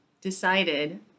decided